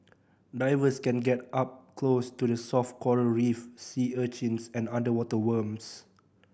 divers can get up close to the soft coral reef sea urchins and underwater worms